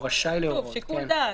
שוב, זה שיקול דעת.